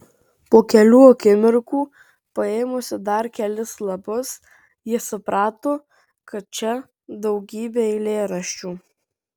po kelių akimirkų paėmusi dar kelis lapus ji suprato kad čia daugybė eilėraščių